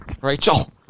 Rachel